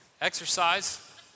exercise